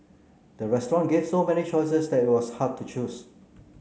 the restaurant gave so many choices that it was hard to choose